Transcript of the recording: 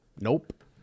nope